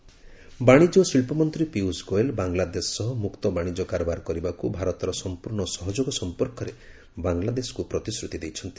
ପୀୟୁଷ ଗୋଏଲ ବାଂଲାଦେଶ ବାଣିଜ୍ୟ ଓ ଶିଳ୍ପ ମନ୍ତ୍ରୀ ପୀୟୁଷ ଗୋଏଲ ବାଂଲାଦେଶ ସହ ମୁକ୍ତ ବାଣିଜ୍ୟ କାରବାର କରିବାକୁ ଭାରତର ସମ୍ପର୍ଣ୍ଣ ସହଯୋଗ ସମ୍ପର୍କରେ ବାଂଲାଦେଶକୁ ପ୍ରତିଶ୍ରତି ଦେଇଛନ୍ତି